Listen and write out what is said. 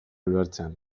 ulertzean